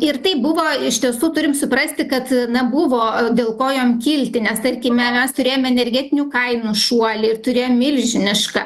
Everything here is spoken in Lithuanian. ir tai buvo iš tiesų turim suprasti kad na buvo dėl ko jam kilti nes tarkime mes turėjom energetinių kainų šuolį ir turėjom milžinišką